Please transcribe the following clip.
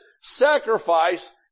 sacrifice